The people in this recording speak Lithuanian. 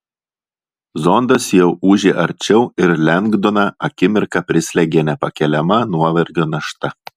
zondas jau ūžė arčiau ir lengdoną akimirką prislėgė nepakeliama nuovargio našta